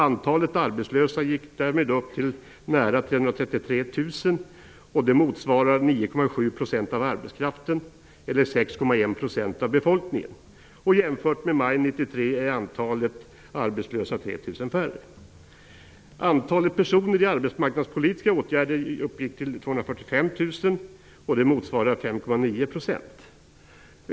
Antalet arbetslösa gick därmed upp till nära 333 000, och det motsvarar 9,7 % av arbetskraften eller 6,1 % av befolkningen. Jämfört med maj 1993 är antalet arbetslösa 3 000 färre.